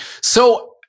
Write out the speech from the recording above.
So-